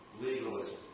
legalism